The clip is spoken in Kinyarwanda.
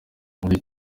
buriya